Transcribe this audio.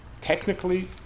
Technically